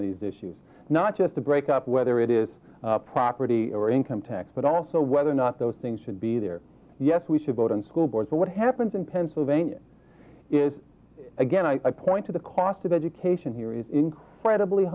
of these issues not just to break up whether it is property or income tax but also whether or not those things should be there yes we should vote in school board so what happens in pennsylvania is again i point to the cost of education here is incredibly